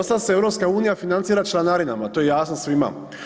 Dosad se EU financira članarinama, to je jasno svima.